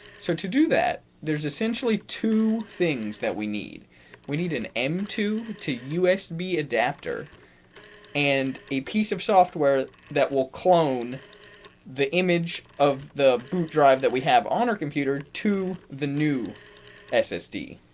so to do that there's essentially two things that we need we need an m point two to usb adapter and a piece of software that will clone the image of the boot drive that we have on our computer to the new ssd.